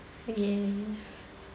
ya